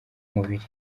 mubiri